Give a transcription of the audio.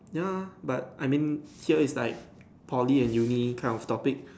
ya but I mean here is like Poly and Uni kind of topic